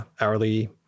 hourly